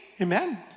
Amen